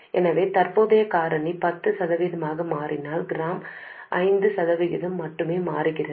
எனவே தற்போதைய காரணி பத்து சதவிகிதம் மாறினால் கிராம் ஐந்து சதவிகிதம் மட்டுமே மாறுகிறது